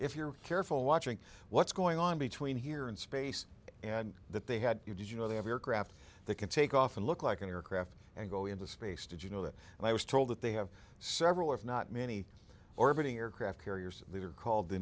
if you're careful watching what's going on between here and space and that they had you did you know they have your craft that can take off and look like an aircraft and go into space did you know that and i was told that they have several if not many orbiting aircraft carriers these are called the